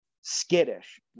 skittish